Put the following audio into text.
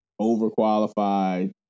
overqualified